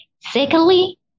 Secondly